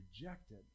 rejected